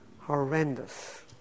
Horrendous